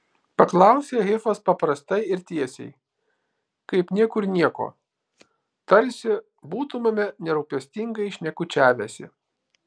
paklausė hifas paprastai ir tiesiai kaip niekur nieko tarsi būtumėme nerūpestingai šnekučiavęsi